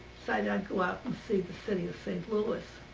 decided i'd go out and see the city of st. louis.